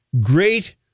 great